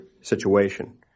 situation